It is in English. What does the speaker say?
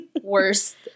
Worst